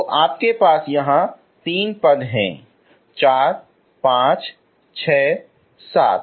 तो आपके यहां तीन पद हैं चार पांच छह सात